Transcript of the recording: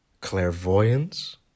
Clairvoyance